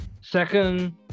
second